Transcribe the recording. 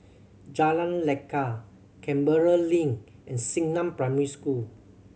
Jalan Lekar Canberra Link and Xingnan Primary School